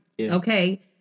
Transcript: Okay